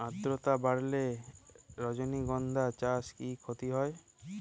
আদ্রর্তা বাড়লে রজনীগন্ধা চাষে কি ক্ষতি হয়?